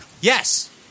Yes